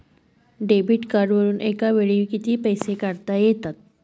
Debit कार्डवरुन एका वेळी किती पैसे काढता येतात?